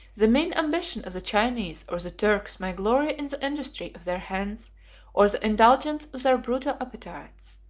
the mean ambition of the chinese or the turks may glory in the industry of their hands or the indulgence of their brutal appetites.